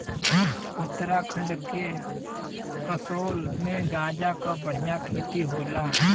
उत्तराखंड के कसोल में गांजा क बढ़िया खेती होला